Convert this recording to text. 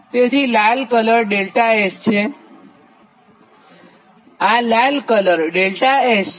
તેથી આ લાલ કલર 𝛿𝑆 છે